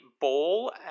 ball